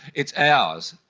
it's ours.